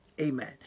Amen